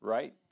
Right